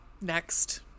next